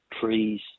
trees